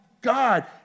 God